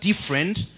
different